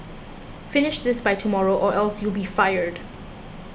finish this by tomorrow or else you'll be fired